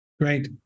Great